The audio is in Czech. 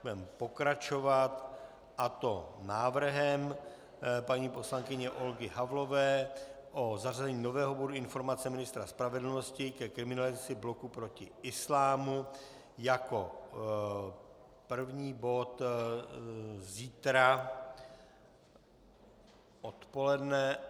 Budeme pokračovat, a to návrhem paní poslankyně Olgy Havlové na zařazení nového bodu Informace ministra spravedlnosti ke kriminalizaci Bloku proti islámu jako první bod zítra odpoledne.